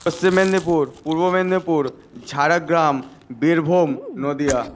Paschim Medinipur Purba Medinipur Jhargram Birbhum Nadia